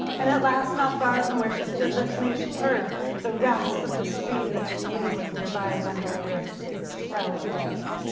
and at last not far from where she stood listening, she heard the rasp of the stream that she knew was nearby running under its shell of ice.